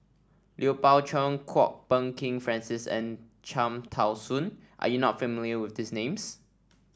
Lui Pao Chuen Kwok Peng Kin Francis and Cham Tao Soon are you not familiar with these names